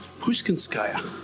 Pushkinskaya